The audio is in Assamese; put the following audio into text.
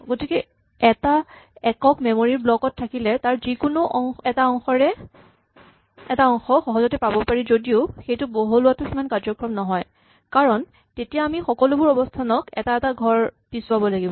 গতিকে এটা একক মেমৰী ৰ ব্লক থাকিলে তাৰ যিকোনো এটা অংশ সহজতে পাব পাৰি যদিও সেইটো বহলোৱাটো সিমান কাৰ্যক্ষম নহয় কাৰণ তেতিয়া আমি সকলোবোৰ অৱস্হানক এটা এটা ঘৰ পিছোৱাব লাগিব